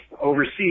overseas